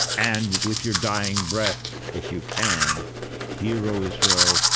and with your dying breath, if you can hear, o israel,